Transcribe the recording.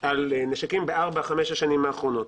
ב 5-4 השנים האחרונות.